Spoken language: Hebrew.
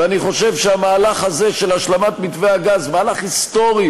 ואני חושב שהמהלך הזה של השלמת מתווה הגז הוא מהלך היסטורי,